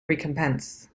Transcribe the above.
recompense